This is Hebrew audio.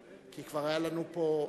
כי כבר היה לנו פה,